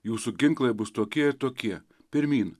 jūsų ginklai bus tokie ir tokie pirmyn